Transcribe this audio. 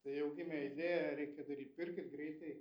tai jau gimė idėja reikia daryt pirkit greitai